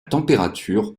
température